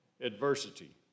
adversity